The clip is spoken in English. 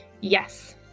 Yes